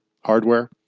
hardware